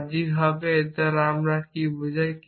বাহ্যিকভাবে এর দ্বারা কী বোঝায়